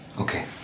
Okay